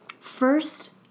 First